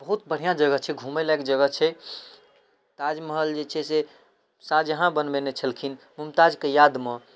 बहुत बढ़िआँ जगह छै घुमै लायक जगह छै ताजमहल जे छै से शाहजहाँ बनबेने छलखिन मुमताजके यादमे